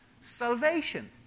salvation